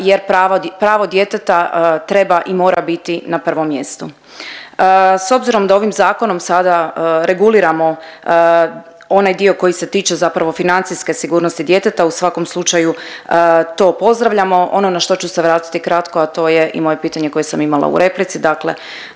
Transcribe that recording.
jer pravo djeteta treba i mora biti na prvom mjestu. S obzirom da ovim zakonom sada reguliramo onaj dio koji se tiče zapravo financijske sigurnosti djeteta u svakom slučaju to pozdravljamo. Ono na što ću se vratiti kratko, a to je i moje pitanje koje sam imala u replici, dakle